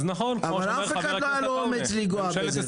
אבל לאף אחד לא היה אומץ לגעת בזה.